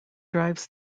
drives